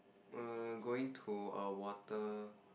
err going to a water